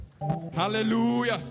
Hallelujah